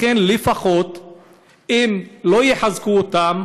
לכן, אם לא יחזקו אותם,